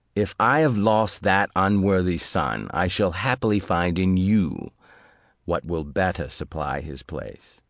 if i have lost that unworthy son, i shall happily find in you what will better supply his place.